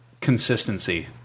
consistency